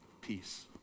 peace